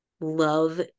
love